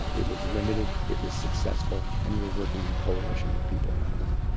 it was limited, it was successful, and we were working with people around the world.